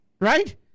right